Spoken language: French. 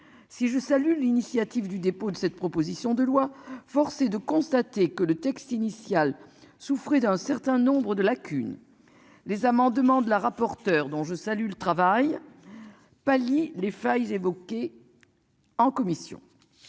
Si je salue l'initiative du dépôt de cette proposition de loi, force est de constater que le texte initial souffrait d'un certain nombre de lacunes. Les amendements de la rapporteure dont je salue le travail. Pallier les failles évoqué. En commission.